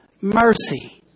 mercy